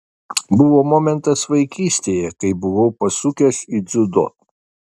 buvo momentas vaikystėje kai buvau pasukęs į dziudo